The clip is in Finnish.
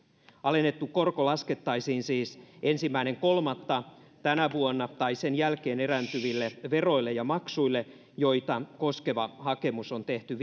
alennettu korko laskettaisiin siis ensimmäinen kolmatta tänä vuonna tai sen jälkeen erääntyville veroille ja maksuille joita koskeva hakemus on tehty